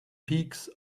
peaks